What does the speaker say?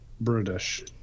British